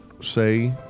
Say